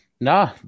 No